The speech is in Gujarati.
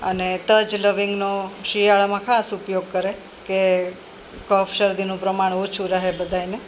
અને તજ લવિંગનો શિયાળામાં ખાસ ઉપયોગ કરે કે કફ શરદીનું પ્રમાણ ઓછું રહે બધાયને